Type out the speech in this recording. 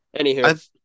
Anywho